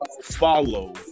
follow